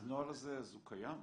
הנוהל הזה, הוא קיים?